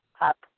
up